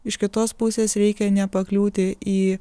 iš kitos pusės reikia nepakliūti į